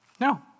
No